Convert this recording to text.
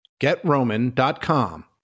GetRoman.com